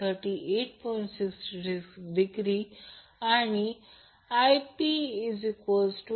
66° आणि IpIa6